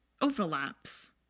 overlaps